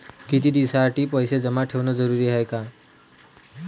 कितीक दिसासाठी पैसे जमा ठेवणं जरुरीच हाय?